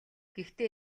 гэхдээ